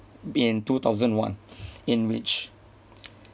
in two thousand one in which